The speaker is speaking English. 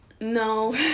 no